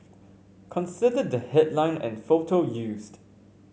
consider the headline and photo used